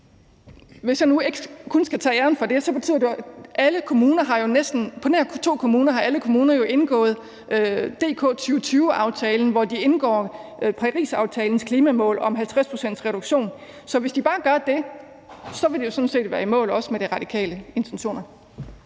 på offentlige køkkener i 2030, så det er i hvert fald intentionen herfra. På nær to kommuner har alle kommuner jo indgået DK2020-aftalen, hvor de indgår Parisaftalens klimamål om 50 pct.s reduktion. Så hvis de bare gør det, vil de jo sådan set være i mål også med De Radikales intentioner.